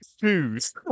shoes